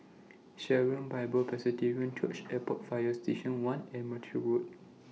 Sharon Bible Presbyterian Church Airport Fire Station one and Merpati Road